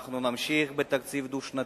ואנחנו נמשיך בתקציב דו-שנתי,